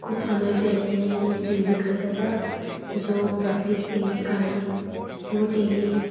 कुछ समय पहले मैंने एक टी वी ख़रीदा था जो बत्तीस इंच का है वो टी वी